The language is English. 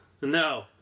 No